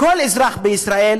לכל אזרח בישראל,